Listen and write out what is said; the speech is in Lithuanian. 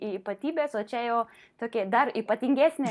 ypatybes o čia jau tokia dar ypatingesnė